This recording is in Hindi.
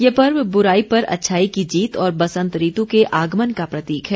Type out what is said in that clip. यह पर्व बुराई पर अच्छाई की जीत और बसंत ऋतु के आगमन का प्रतीक है